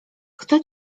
kto